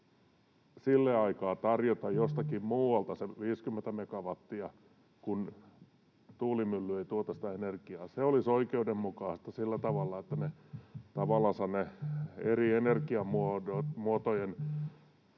olla tarjota jostakin muualta se 50 megawattia sille aikaa, kun tuulimylly ei tuota sitä energiaa. Se olisi oikeudenmukaista sillä tavalla, että tavallansa ne eri energiamuotojen